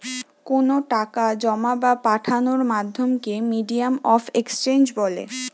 কোনো টাকা জোমা বা পাঠানোর মাধ্যমকে মিডিয়াম অফ এক্সচেঞ্জ বলে